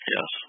Yes